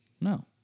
No